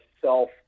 self